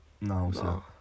No